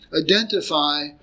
identify